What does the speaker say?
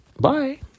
Bye